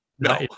No